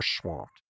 swamped